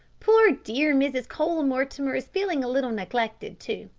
poor dear mrs. cole-mortimer is feeling a little neglected, too,